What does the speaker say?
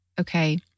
okay